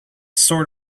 sort